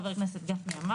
חבר הכנסת פרוש